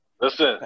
listen